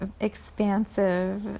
expansive